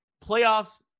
playoffs